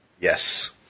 Yes